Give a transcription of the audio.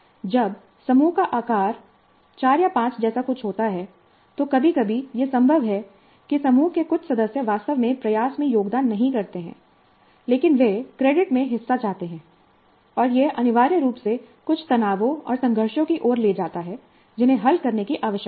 जब समूह का आकार ४ या ५ जैसा कुछ होता है तो कभी कभी यह संभव है कि समूह के कुछ सदस्य वास्तव में प्रयास में योगदान नहीं करते हैं लेकिन वे क्रेडिट में हिस्सा चाहते हैं और यह अनिवार्य रूप से कुछ तनावों और संघर्षों की ओर ले जाता है जिन्हें हल करने की आवश्यकता है